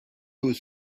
was